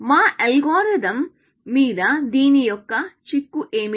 మా అల్గోరిథం మీద దీని యొక్క చిక్కు ఏమిటి